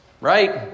right